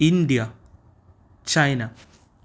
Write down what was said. India China